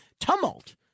tumult